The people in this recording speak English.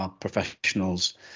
professionals